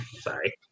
Sorry